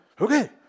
okay